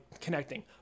connecting